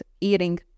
eating